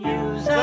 use